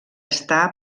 està